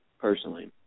personally